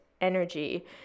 energy